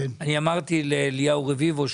אני אמרתי לאליהו רביבו,